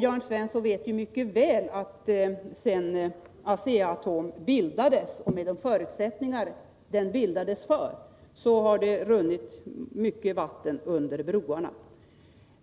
Jörn Svensson vet ju mycket väl att sedan Asea-Atom bildades, med de förutsättningar under vilka företaget bildades, har det runnit mycket vatten under broarna.